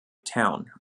town